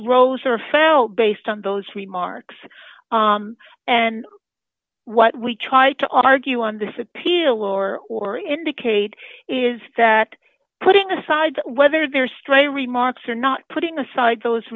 rose or foul based on those remarks and what we try to argue on this appeal or or indicate is that putting aside whether they're stray remarks or not putting aside those